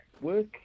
work